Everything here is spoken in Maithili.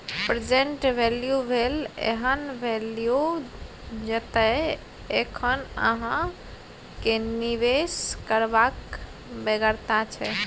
प्रेजेंट वैल्यू भेल एहन बैल्यु जतय एखन अहाँ केँ निबेश करबाक बेगरता छै